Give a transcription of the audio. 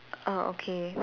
err okay